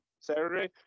Saturday